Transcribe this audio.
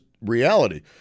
reality